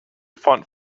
font